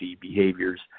behaviors